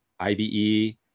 IBE